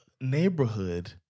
neighborhood